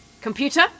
Computer